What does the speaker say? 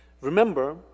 Remember